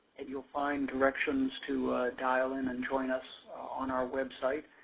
and youll find directions to dial in and join us on our website.